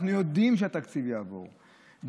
אנחנו יודעים שהתקציב יעבור,